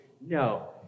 no